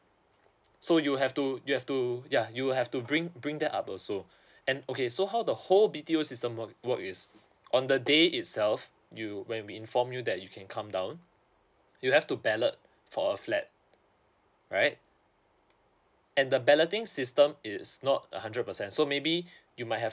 so you'll have to you'll have to ya you will have to bring bring that up also and okay so how the whole B_TO system work work is on the day itself you when we inform you that you can come down you'll have to ballot for a flat right and the balloting system it's not a hundred percent so maybe you might have